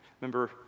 Remember